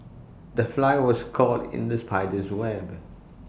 the fly was caught in the spider's web